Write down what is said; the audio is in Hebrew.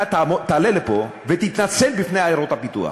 אתה תעלה לפה ותתנצל בפני עיירות הפיתוח.